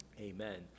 Amen